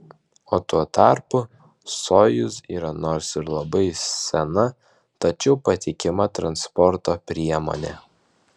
o tuo tarpu sojuz yra nors ir labai sena tačiau patikima transporto priemonė